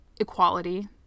equality